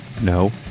No